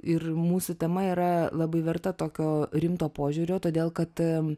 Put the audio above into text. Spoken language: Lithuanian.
ir mūsų tema yra labai verta tokio rimto požiūrio todėl kad